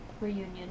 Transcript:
reunion